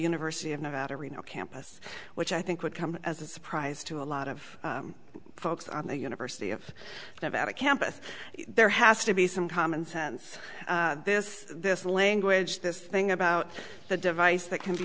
university of nevada reno campus which i think would come as a surprise to a lot of folks on the university of nevada campus there has to be some common sense this this language this thing about the device that can be